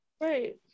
Right